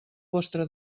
vostre